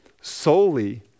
solely